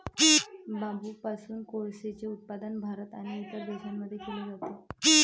बांबूपासून कोळसेचे उत्पादन भारत आणि इतर देशांमध्ये केले जाते